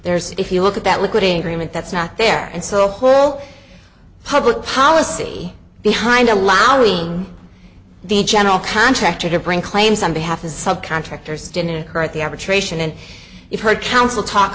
there's if you look at that liquid in agreement that's not there and so whole public policy behind allowing the general contractor to bring claims on behalf of subcontractors didn't hurt the average ration and it hurt council talk